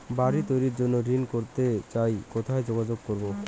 বাড়ি তৈরির জন্য ঋণ করতে চাই কোথায় যোগাযোগ করবো?